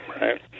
right